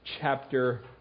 chapter